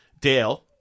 Dale